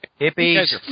Hippies